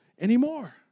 anymore